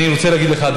אני רוצה להגיד לך,